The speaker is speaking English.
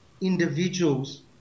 individuals